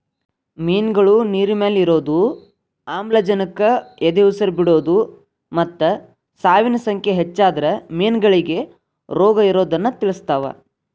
ಮಿನ್ಗಳು ನೇರಿನಮ್ಯಾಲೆ ಇರೋದು, ಆಮ್ಲಜನಕಕ್ಕ ಎದಉಸಿರ್ ಬಿಡೋದು ಮತ್ತ ಸಾವಿನ ಸಂಖ್ಯೆ ಹೆಚ್ಚಾದ್ರ ಮೇನಗಳಿಗೆ ರೋಗಇರೋದನ್ನ ತಿಳಸ್ತಾವ